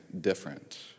different